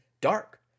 dark